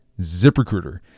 ZipRecruiter